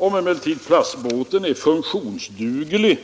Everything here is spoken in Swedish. Om emellertid plastbåten är funktionsduglig